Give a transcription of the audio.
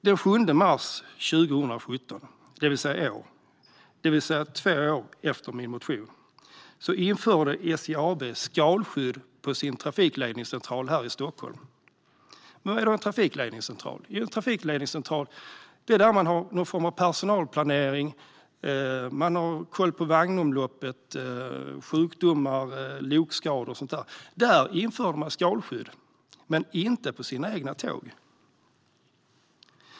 Den 7 mars 2017, två år efter min motion, införde SJ AB skalskydd på sin trafikledningscentral här i Stockholm. Vad är då en trafikledningscentral? Jo, det är där man har personalplanering och koll på vagnomloppet, sjukdomar, lokskador och sådant. Där införde man skalskydd, men inte på sina egna tåg.